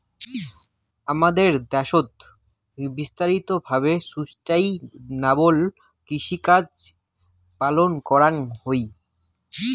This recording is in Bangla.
হামাদের দ্যাশোত বিস্তারিত ভাবে সুস্টাইনাবল কৃষিকাজ পালন করাঙ হই